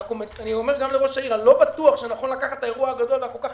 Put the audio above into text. אני גם אומר לראש העיר - לא בטוח שנכון לקחת את האירוע הגדול והכל כך